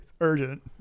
urgent